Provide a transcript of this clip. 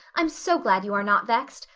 i'm so glad you are not vexed.